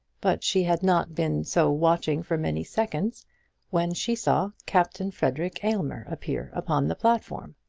but she had not been so watching for many seconds when she saw captain frederic aylmer appear upon the platform.